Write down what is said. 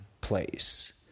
place